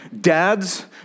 dads